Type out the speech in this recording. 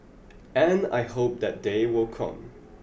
and I hope that day will come